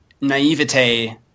naivete